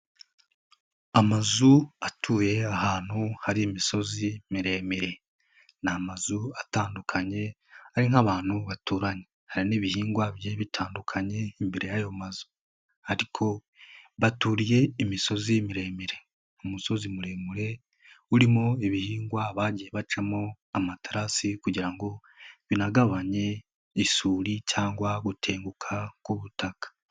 Amazu atuye ahantu hari imisozi miremire. Ni amazu atandukanye arimo abantu baturanye. Hari n'ibihingwa bigiye bitandukanye imbere y'ayo mazu ariko baturiye imisozi miremire, umusozi muremure urimo ibihingwa bagiye bacamo amatarasi kugira ngo binagabanye isuri cyangwa gutenguka k'ubutaka.